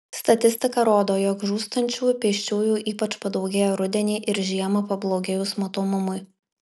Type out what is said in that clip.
statistika rodo jog žūstančių pėsčiųjų ypač padaugėja rudenį ir žiemą pablogėjus matomumui